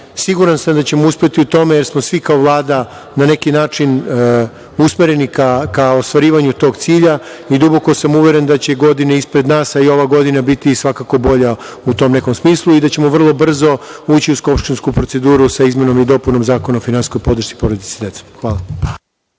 veći. Siguran sam da ćemo uspeti u tome, jer smo svi kao Vlada na neki način usmereni ka ostvarivanju tog cilja i duboko sam uveren da će godine ispred nas, a i ova godina biti svakako bolja u tome nekom smislu i da ćemo vrlo brzo ući u skupštinsku proceduru sa izmenom i dopunom Zakona o finansijskoj podršci porodici sa decom. Hvala.